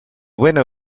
winner